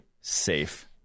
safe